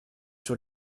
sur